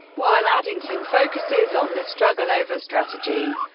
while addington focuses on the struggle over strategy,